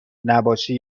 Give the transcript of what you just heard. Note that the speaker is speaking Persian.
نباشی